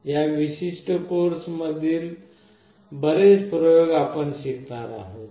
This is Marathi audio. या विशिष्ट कोर्स मधील बरेच प्रयोग आपण शिकणार आहोत